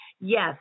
yes